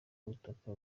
ubutaka